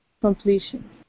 completion